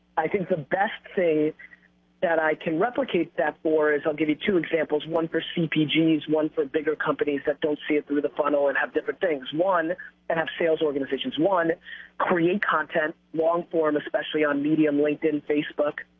i think the best thing that i can replicate that for. is i'll give you two examples one for cpg's, one for bigger companies that don't see it through the funnel and have different things. one and have sales organizations one create content long-form especially on medium linkedin, facebook,